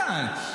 לא.